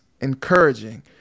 encouraging